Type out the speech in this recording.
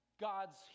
God's